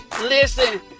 listen